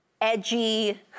edgy